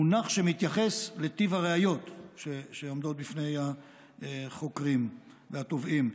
מונח שמתייחס לטיב הראיות שעומדות בפני החוקרים והתובעים,